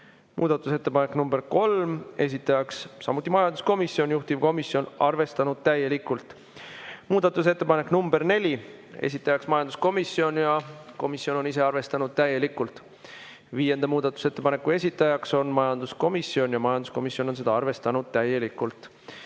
Muudatusettepanek nr 3, esitajaks samuti majanduskomisjon, juhtivkomisjon on arvestanud täielikult. Muudatusettepanek nr 4, esitajaks majanduskomisjon ja komisjon on ise arvestanud täielikult. Viienda muudatusettepaneku esitajaks on majanduskomisjon ja majanduskomisjon on seda arvestanud täielikult.